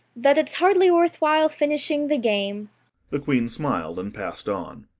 that it's hardly worth while finishing the game the queen smiled and passed on.